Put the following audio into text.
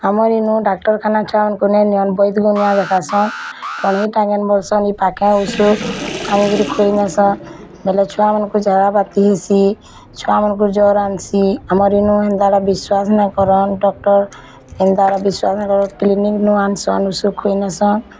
ଆମର ଇନୁ ଡାକ୍ତରଖାନା ଛୁଆମାନଙ୍କ ନେଇ ନନ୍ ବୈଦ୍ୟମାନଙ୍କୁ ଦେଖାଇ ସନ୍ ପାଖେ ଔଷଧ ଆଣି କରି ଖୁଆଇ ସନ୍ ବୋଲେ ଛୁଆମନଙ୍କୁ ଝାଡ଼ା ବାନ୍ତି ହେସି ଛୁଆମାନଙ୍କୁ ଜ୍ୱର ହେସି ଆମର ହେନୁ ହେନ୍ତାଟା ବିଶ୍ୱାସ ନା କରାନ୍ ଡକ୍ଟର୍ ହେନ୍ତା ବିଶ୍ୱାସ୍ ନ କର କ୍ଲିନିକ୍ ନୂଆ ନେ ସନ୍